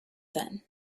then